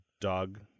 dog